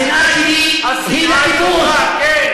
השנאה שלי היא לכיבוש.